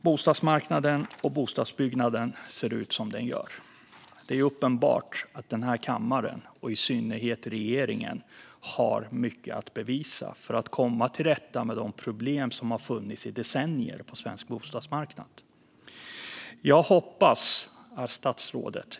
Bostadsmarknaden och bostadsbyggandet ser ut som de gör. Det är uppenbart att denna kammare och i synnerhet regeringen har mycket att bevisa för att komma till rätta med de problem som har funnits i decennier på svensk bostadsmarknad.